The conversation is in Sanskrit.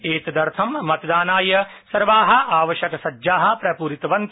एतदर्थं मतदानाय सर्वा आवश्यकसज्जा पुरितवन्त